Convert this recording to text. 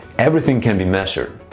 everything can be measured,